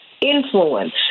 influence